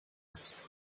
ist